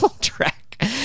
track